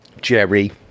Jerry